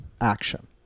action